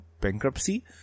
bankruptcy